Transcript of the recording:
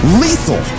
lethal